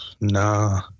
Nah